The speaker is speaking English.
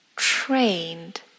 trained